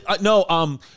no